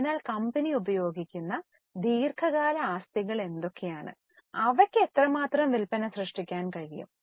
അതിനാൽ കമ്പനി ഉപയോഗിക്കുന്ന ദീർഘകാല ആസ്തികൾ എന്തൊക്കെയാണ് അവയ്ക്ക് എത്രമാത്രം വിൽപ്പന സൃഷ്ടിക്കാൻ കഴിയും